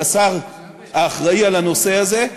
כשר האחראי לנושא הזה,